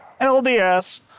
LDS